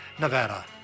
Nevada